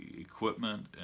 equipment